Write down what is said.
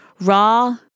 raw